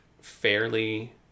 fairly